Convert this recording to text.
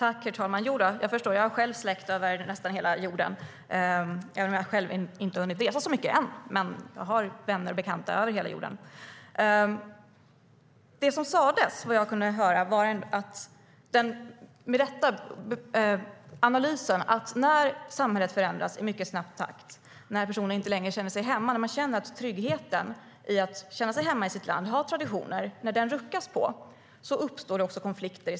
Herr talman! Jo, jag förstår. Jag har själv släkt över nästan hela jorden, även om jag inte har hunnit resa så mycket än. Men jag har vänner och bekanta över hela jorden. Det som sas var, såvitt jag kunde höra, analysen att när samhället förändras i mycket snabb takt och personer inte längre känner sig hemma - när tryggheten där man känner sig hemma i sitt land och med sina traditioner ruckas - uppstår det konflikter.